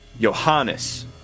Johannes